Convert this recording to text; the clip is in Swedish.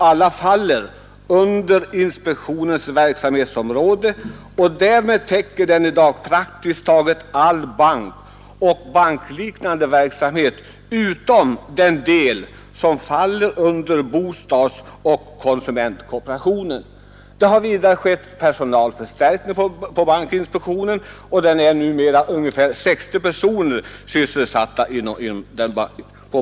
Alla faller under inspektionens verksamhetsområde och därmed täcker den i dag praktiskt taget all bankrörelse och bankliknande verksamhet utom den del som faller under bostadsoch konsumentkooperationen. Det har vidare skett personalförstärkningar hos bankinspektionen och där är numera ungefär 60 personer sysselsatta.